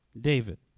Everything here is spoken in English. David